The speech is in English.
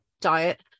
diet